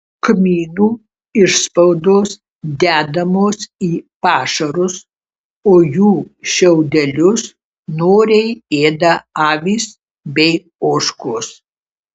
kmynų išspaudos dedamos į pašarus o jų šiaudelius noriai ėda avys bei ožkos